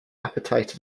appetite